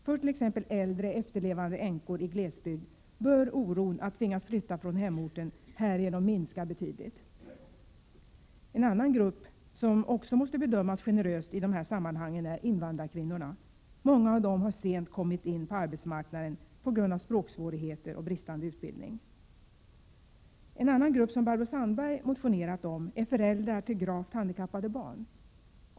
För t.ex. äldre efterlevande änkor i glesbygd torde oron att tvingas flytta från hemorten härigenom minska betydligt. En annan grupp som också måste bedömas generöst i de här sammanhangen är invandrarkvinnorna. Många av dem har sent kommit in på arbetsmark naden på grund av språksvårigheter och brist på språkutbildning. En annan grupp, som Barbro Sandberg motionerat om, är föräldrar till gravt handikappade barn.